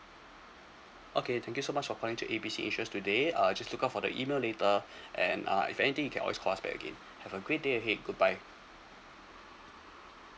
okay thank you so much for calling to A B C insurance today uh just look out for the email later and uh if anything you can always call us back again have a great day ahead goodbye